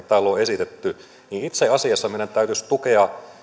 täällä on on esitetty itse asiassa meidän täytyisi tukea